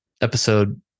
episode